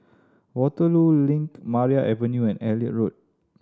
Waterloo Link Maria Avenue and Elliot Road